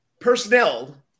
personnel